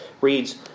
reads